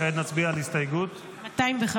כעת נצביע על הסתייגות -- 215.